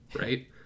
right